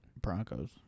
Broncos